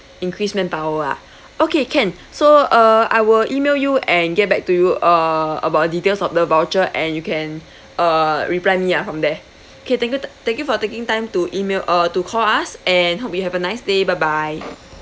increase manpower ah okay can so uh I will email you and get back to you uh about details of the voucher and you can uh reply me ah from there okay thank you th~ thank you for taking time to email uh to call us and hope you have a nice day bye bye